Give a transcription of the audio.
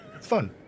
fun